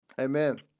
Amen